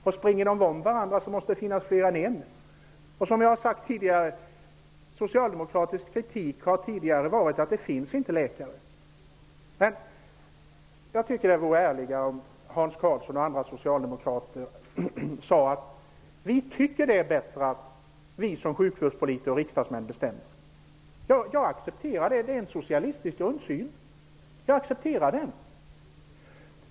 Om de springer om varandra måste det finnas mer än en. Men socialdemokratisk kritik har ju, som jag sade tidigare, gått ut på att det inte finns några läkare. Jag tycker att det vore ärligare om Hans Karlsson och andra socialdemokrater sade: Vi tycker att det är bättre att vi som sjukvårdspolitiker och riksdagsmän bestämmer. Jag accepterar det; det är en socialistisk grundsyn.